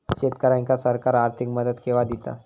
शेतकऱ्यांका सरकार आर्थिक मदत केवा दिता?